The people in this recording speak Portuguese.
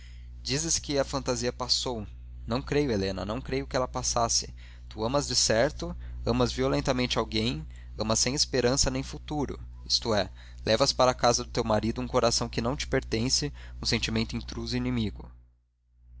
dizes que a fantasia passou não creio helena não creio que ela passasse tu amas decerto amas violentamente alguém amas sem esperança nem futuro isto é levas para casa de teu marido um coração que te não pertence um sentimento intruso e inimigo